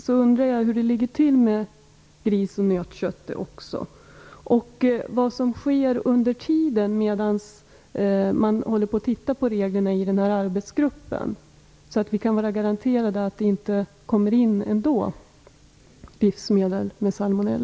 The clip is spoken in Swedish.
Jag undrar hur det ligger till med nöt och griskött och vad som sker under tiden, medan man i arbetsgruppen håller på att se på reglerna, så att vi kan vara garanterade att livsmedel med salmonella inte kommer in ändå.